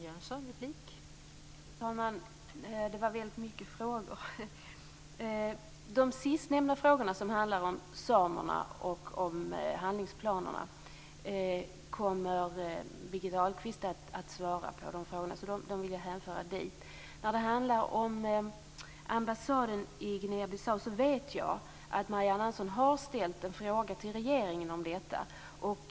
Fru talman! Det var många frågor. De sista frågorna, som handlade om samerna och om handlingsplanerna, kommer Birgitta Ahlqvist att beröra, så jag låter dem gå vidare till henne. Jag vet att Marianne Andersson har ställt en fråga till regeringen om ambassaden i Guinea-Bissau.